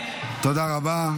תודה רבה.